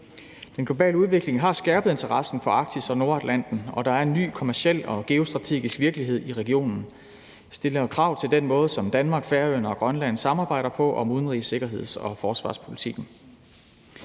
Den globale udvikling har skærpet interessen for Arktis og Nordatlanten, og der er en ny kommerciel og geostrategisk virkelighed i regionen, og det stiller krav til den måde, som Danmark, Færøerne og Grønland samarbejder på om udenrigs-, sikkerheds- og forsvarspolitik.